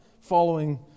following